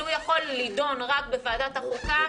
הוא יכול להידון רק בוועדת החוקה,